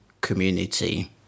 community